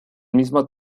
mismo